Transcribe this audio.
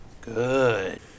Good